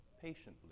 patiently